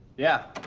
yeah?